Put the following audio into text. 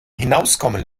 hinauskommen